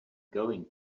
going